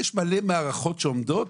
יש מלא מערכות שעומדות,